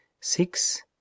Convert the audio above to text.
six